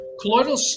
Colloidal